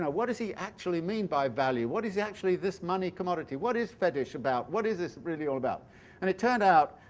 what does he actually mean by value? what is actually this money commodity? what is fetish about? what is this really all about and it turned out,